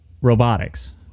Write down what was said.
robotics